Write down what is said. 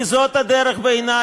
כי זאת הדרך בעיני,